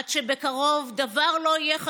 עד שבקרוב דבר לא יהיה חשוב,